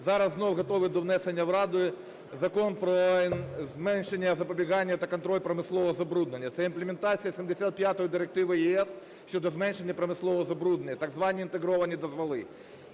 зараз знову готовий до внесення в Раду Закон про зменшення, запобігання та контроль промислового забруднення. Це імплементація 75 Директиви ЄС щодо зменшення промислового забруднення, так звані інтегровані дозволи.